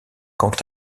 quant